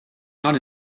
not